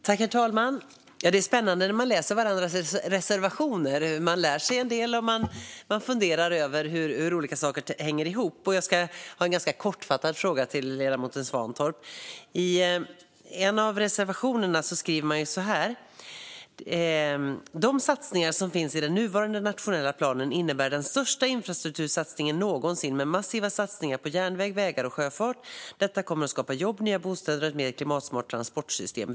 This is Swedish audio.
Herr talman! Det är spännande att läsa varandras reservationer. Man lär sig en del och funderar över hur olika saker hänger ihop. Jag har en ganska kortfattad fråga till ledamoten Svantorp. I en av reservationerna står det: "De satsningar som finns i den nuvarande nationella planen innebär den största infrastruktursatsningen någonsin, med massiva satsningar på järnväg, vägar och sjöfart. Detta kommer att skapa jobb, nya bostäder och ett mer klimatsmart transportsystem.